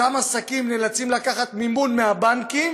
אותם עסקים נאלצים לקחת מימון מהבנקים